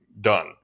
done